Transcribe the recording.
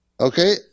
okay